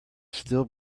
still